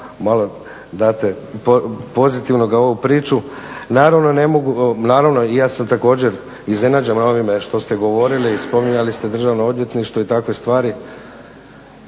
malo date pozitivnoga u ovu priču. Naravno i ja sam također iznenađen ovime što ste govorili i spominjali ste državno odvjetništvo i takve stvari.